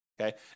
okay